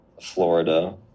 Florida